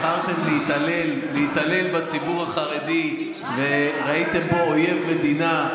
בחרתם להתעלל בציבור החרדי וראיתם בו אויב מדינה,